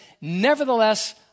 Nevertheless